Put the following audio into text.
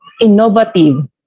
innovative